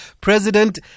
President